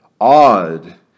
odd